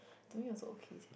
to me also okay sia